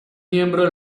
miembro